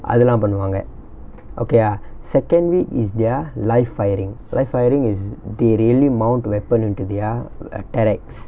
அதுலா பண்ணுவாங்க:athulaa pannuvaanga okay ah secondly is their live firing live firing is they really mount weapon into their a~ terrex